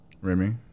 Remy